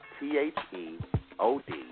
T-H-E-O-D